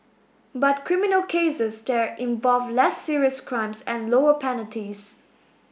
but criminal cases there involve less serious crimes and lower penalties